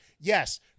yes